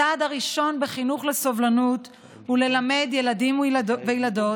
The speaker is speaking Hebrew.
הצעד הראשון בחינוך לסובלנות הוא ללמד ילדים וילדות